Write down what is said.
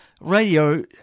radio